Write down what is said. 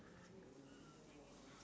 do you like